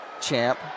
champ